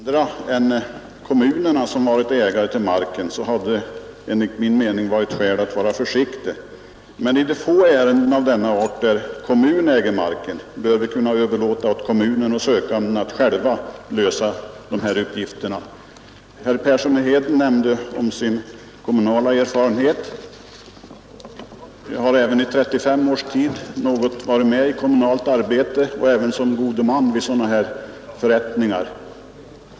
Herr talman! Om det varit andra än kommunerna som varit ägare till marken, så hade det funnits skäl att vara försiktig. Men i de få ärenden av denna art där kommun äger mark bör vi kunna överlåta åt kommunen och sökanden att själva lösa uppgifterna. Herr Persson i Heden omnämnde sin kommunala erfarenhet. Jag har i 35 års tid något varit med i kommunalt arbete och även som god man vid sådana här förrättningar.